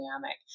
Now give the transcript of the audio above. dynamic